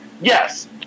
yes